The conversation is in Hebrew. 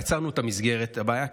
יצרנו את המסגרת לבעיה,